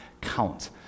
count